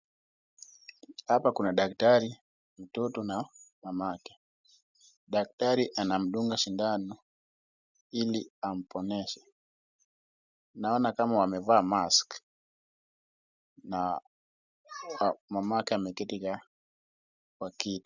Hapa kuna daktari mtoto na mamake. Daktari anamdunga sindano ili amponyeshe naona kama wamevaa mask na mamake ameketi kwa kiti.